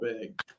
big